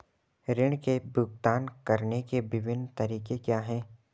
ऋृण के भुगतान करने के विभिन्न तरीके क्या हैं?